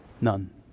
None